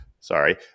Sorry